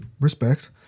respect